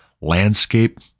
landscape